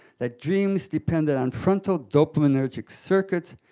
that dreams dependent on frontal dopaminergic circuits,